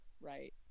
Right